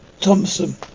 Thompson